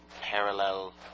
parallel